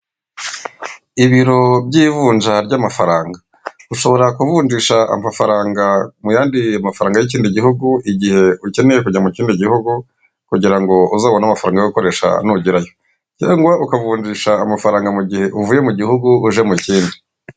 Ibiro by'ivunja ry'amafaranga ushobora ku kuvunjisha amafaranga mu yandi mafaranga y'ikindi gihugu igihe ukeneye kujya mu kindi gihugu, kugira ngo uzabone amafaranga yo gukoresha nugerayo cyangwa ukavunjisha amafaranga mu gihe uvuye mu gihugu uje mu kindi.